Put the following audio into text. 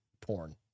porn